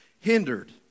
hindered